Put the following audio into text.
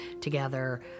together